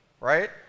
right